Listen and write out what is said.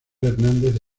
hernández